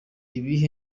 ibihe